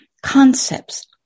concepts